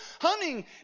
Hunting